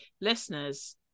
Listeners